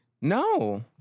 No